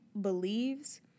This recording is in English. believes